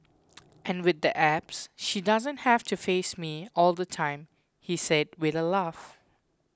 and with the apps she doesn't have to face me all the time he said with a laugh